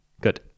Good